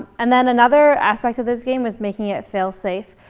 and then another aspect of this game was making it fail-safe.